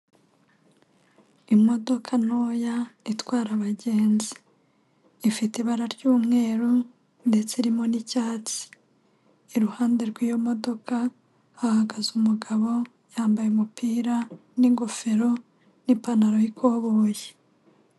Imodoka ntoya itwara abagenzi, ifite ibara ry'umweru ndetse irimo n'icyatsi. Iruhande rw'iyo modoka hahagaze umugabo, yambaye umupira n'ingofero n'ipantaro y'ikoboyi.